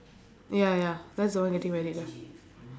ya ya that's the one getting married lah